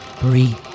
breathe